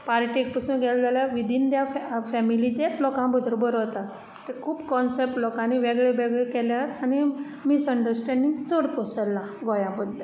पार्टेक पसून गेले जाल्यार विदीन दॅर फॅमिली फॅमिलीच्याच लोकां बरोबरूच वतात खूब कॉन्सेप्ट लोकांनी वेगळेवेगळे केल्यात आनी मिसअंडरस्टेंडींग चड पसरलां गोंया बद्दल